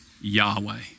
Yahweh